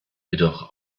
jedoch